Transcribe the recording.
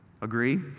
Agree